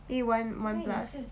eh one one plus